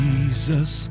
Jesus